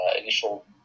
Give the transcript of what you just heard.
initial